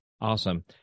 awesome